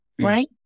right